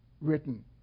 written